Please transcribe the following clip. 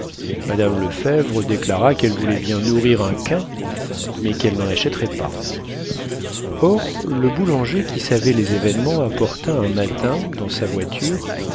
mme lefèvre déclara qu'elle voulait bien nourrir un quin mais qu'elle n'en achèterait pas or le boulanger qui savait les événements apporta un matin dans sa voiture